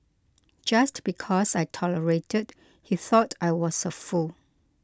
just because I tolerated he thought I was a fool